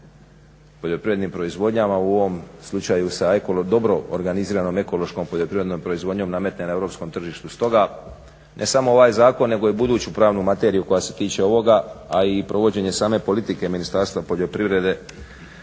u ovom slučaju sa dobro organiziranom ekološkom poljoprivrednom proizvodnjom nametne na europskom tržištu. Stoga ne samo ovaj zakon nego i buduću pravnu materiju koja se tiče ovoga, a i provođenje same politike Ministarstva poljoprivrede